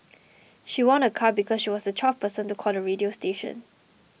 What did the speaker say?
she won a car because she was the twelfth person to call the radio station